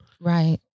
Right